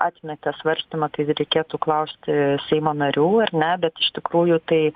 atmetė svarstymą tai reikėtų klausti seimo narių ar ne bet iš tikrųjų tai